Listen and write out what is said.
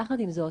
יחד עם זאת,